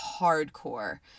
hardcore